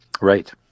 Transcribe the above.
Right